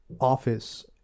Office